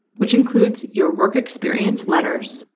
which includes your work experience letters,